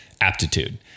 aptitude